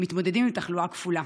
מתמודדים עם תחלואה כפולה.